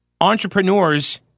Entrepreneurs